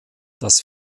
dass